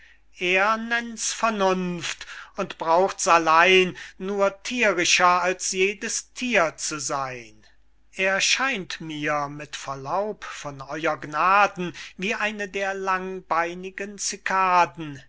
er nennts vernunft und braucht's allein nur thierischer als jedes thier zu seyn er scheint mir mit verlaub von ew gnaden wie eine der langbeinigen